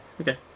Okay